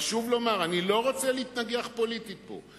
חשוב לומר, אני לא רוצה להתנגח פוליטית פה.